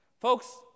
Folks